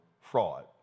fraud